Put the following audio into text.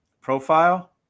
Profile